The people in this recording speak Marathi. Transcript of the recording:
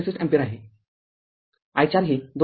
६३ अँपिअर आहे i४ हे २